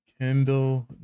Kendall